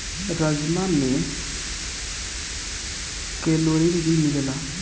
राजमा में कैलोरी भी मिलेला